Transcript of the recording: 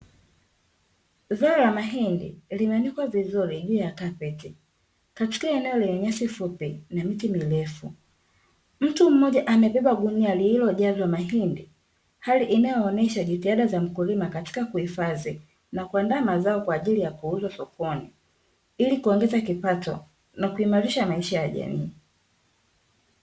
Zao la mahindi limeanikwa vizuri juu ya kapeti katika eneo lenye nyasi fupi na miti mirefu. Mtu mmoja amebeba gunia ililojazwa mahindi hali inayoonyesha jitihada za mkulima katika kuhifadhi na kuandaa mazao kwa ajili ya kuuzwa sokoni, ili kuongeza kipato na kuiarisha maisha ya jamii.